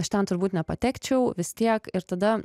aš ten turbūt nepatekčiau vis tiek ir tada